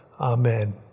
Amen